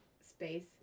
space